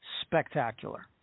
spectacular